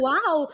Wow